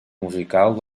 musical